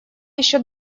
еще